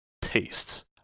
Tastes